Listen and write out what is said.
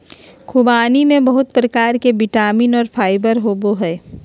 ख़ुबानी में बहुत प्रकार के विटामिन और फाइबर होबय हइ